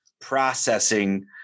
processing